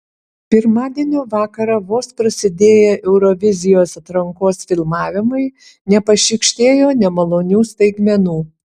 pirmadienio vakarą vos prasidėję eurovizijos atrankos filmavimai nepašykštėjo nemalonių staigmenų